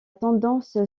tendance